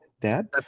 Dad